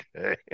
Okay